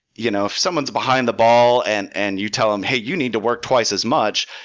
you know if someone's behind the ball and and you tell em, hey! you need to work twice as much.